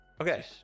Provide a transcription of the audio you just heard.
Okay